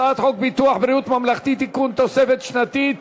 הצעת חוק ביטוח בריאות ממלכתי (תיקון, תוספת שנתית